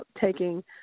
taking